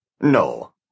No